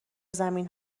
زمین